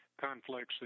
conflicts